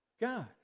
God